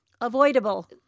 Avoidable